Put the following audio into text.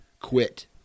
quit